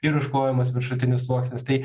ir užklojamas viršutinis sluoksnis tai